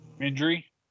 Injury